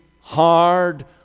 hard